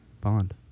Bond